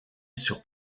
sur